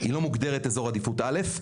היא לא מוגדרת כאזור עדיפות א',